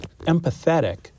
empathetic